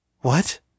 What